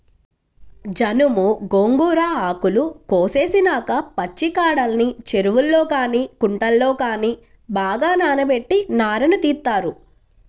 జనుము, గోంగూర ఆకులు కోసేసినాక పచ్చికాడల్ని చెరువుల్లో గానీ కుంటల్లో గానీ బాగా నానబెట్టి నారను తీత్తారు